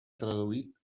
traduït